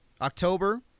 October